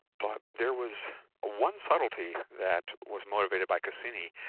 but there was one subtlety that was motivated by cassini,